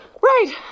Right